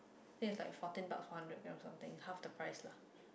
feels like fourteen bucks for a hundred grams something half the price lah